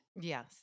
Yes